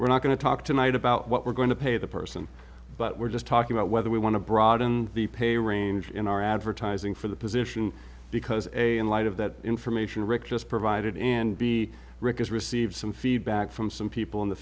we're not going to talk tonight about what we're going to pay the person but we're just talking about whether we want to broaden the pay range in our advertising for the position because a in light of that information rick just provided and be rick has received some feedback from some people in the